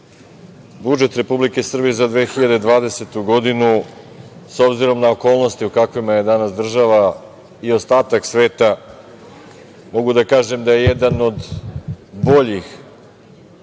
budžet Republike Srbije za 2020. godinu, s obzirom na okolnosti u kojima je danas država i ostatak sveta, mogu da kažem da je jedan od boljih